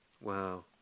Wow